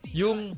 yung